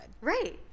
Right